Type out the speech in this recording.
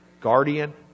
guardian